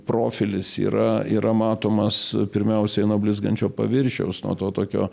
profilis yra yra matomas pirmiausiai nuo blizgančio paviršiaus nuo to tokio